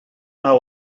anar